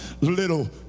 little